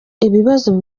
ibibazo